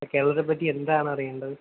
ആ കേരളത്തെപ്പറ്റി എന്താണറിയേണ്ടത്